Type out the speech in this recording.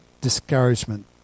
discouragement